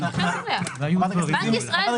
בנק ישראל,